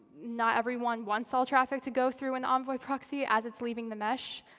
not everyone wants all traffic to go through an envoy proxy as it's leaving the mesh.